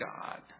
God